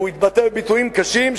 הוא התבטא בביטויים קשים,